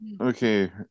Okay